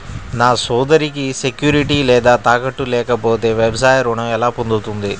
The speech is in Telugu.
నా సోదరికి సెక్యూరిటీ లేదా తాకట్టు లేకపోతే వ్యవసాయ రుణం ఎలా పొందుతుంది?